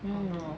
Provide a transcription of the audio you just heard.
oh no